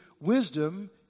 wisdom